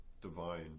divine